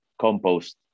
compost